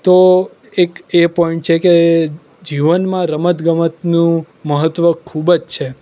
તો એક એ પોઈન્ટ છે કે જીવનમાં રમતગમતનું મહત્ત્વ ખૂબ જ છે